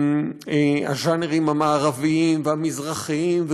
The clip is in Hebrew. הז'אנרים המערביים והמזרחיים,